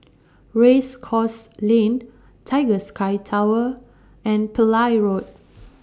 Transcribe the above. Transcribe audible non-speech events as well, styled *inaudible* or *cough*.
Race Course Lane Tiger Sky Tower and Pillai Road *noise*